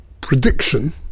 prediction